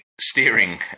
steering